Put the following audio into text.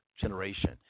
generation